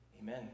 Amen